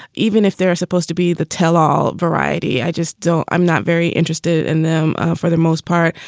even if they're supposed to be the tell all variety. i just don't i'm not very interested in them for the most part.